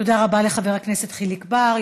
תודה רבה לחבר הכנסת חיליק בר.